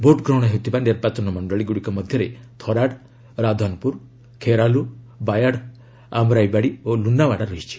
ଭୋଟ୍ଗ୍ରହଣ ହେଉଥିବା ନିର୍ବାଚନ ମଣ୍ଡଳୀଗୁଡ଼ିକ ମଧ୍ୟରେ ଥରାଡ୍ ରାଧାନ୍ପୁର ଖେରାଲୁ ବାୟାଡ୍ ଆମରାଇବାଡ଼ି ଓ ଲୁନାୱାଡ଼ା ରହିଛି